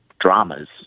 dramas